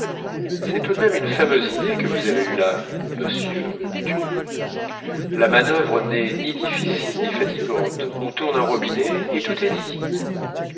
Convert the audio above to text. c'est tout de même une fameuse idée que vous avez eue là monsieur dit joe la manuvre n'est difficile ni fatigante on tourne un robinet et tout est dit